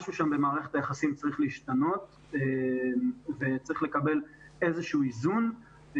משהו שם במערכת היחסים צריך להשתנות וצריך לקבל איזה שהוא איזון.